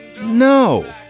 No